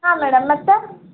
ಹಾಂ ಮೇಡಮ್ ಮತ್ತೆ